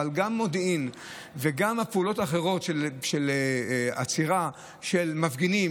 אבל גם מודיעין וגם הפעולות האחרות של עצירה של מפגינים